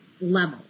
level